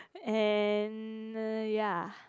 and uh ya